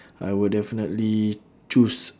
I will definitely choose